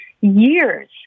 years